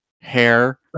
hair